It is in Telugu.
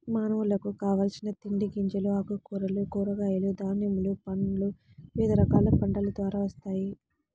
మానవులకు కావలసిన తిండి గింజలు, ఆకుకూరలు, కూరగాయలు, ధాన్యములు, పండ్లు వివిధ రకాల పంటల ద్వారా వస్తాయి